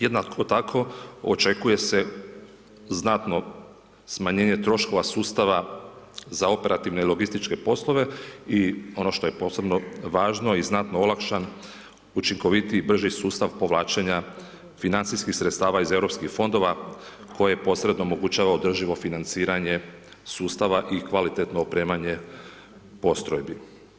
Jednako tako, očekuje se znatno smanjenje troškova sustava za operativne i logističke poslove i ono što je posebno važno i znatno olakšan učinkovitiji brži sustav povlačenja financijskih sredstava iz Europskih fondova, koje posredno omogućuje održivo financiranje sustava i kvalitetno opremanje postrojbi.